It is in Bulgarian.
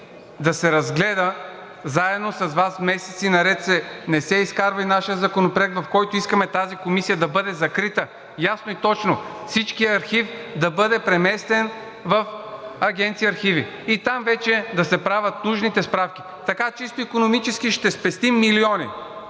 да се разгледа? Заедно с Вас месеци наред не се изкарва и нашият законопроект, в който искаме тази комисия да бъде закрита. Ясно и точно. Всичкият архив да бъде преместен в Агенция „Архиви“ и там вече да се правят нужните справки. Така чисто икономически ще спестим милиони,